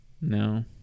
No